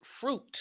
fruit